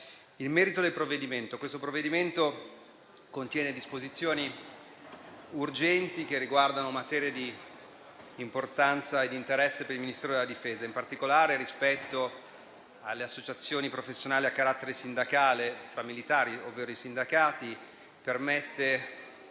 Questo provvedimento contiene disposizioni urgenti che riguardano materie di importanza e di interesse per il Ministero della difesa. In particolare, rispetto alle associazioni professionali a carattere sindacale fra militari (ovvero i sindacati), permette,